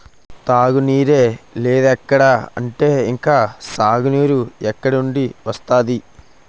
తాగునీరే లేదిక్కడ అంటే ఇంక సాగునీరు ఎక్కడినుండి వస్తది?